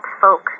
Folk